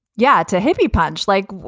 yeah, to heavy punch, like, whoa,